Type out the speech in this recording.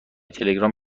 تلگرام